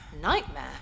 Nightmare